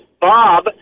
Bob